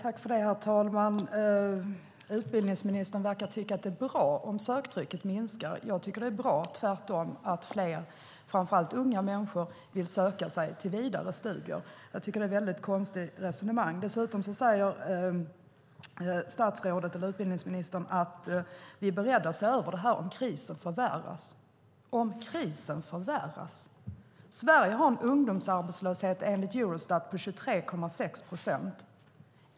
Herr talman! Utbildningsministern verkar tycka att det är bra om söktrycket minskar. Det är ett väldigt konstigt resonemang. Jag tycker tvärtom att det är bra att fler, framför allt unga människor, vill söka sig till vidare studier. Dessutom säger utbildningsministern att han är beredd att se över detta om krisen förvärras. Om krisen förvärras! Sverige har enligt Eurostat en ungdomsarbetslöshet på 23,6 procent.